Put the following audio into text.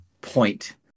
point